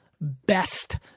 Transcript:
best